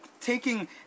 taking